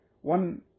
One